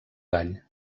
gall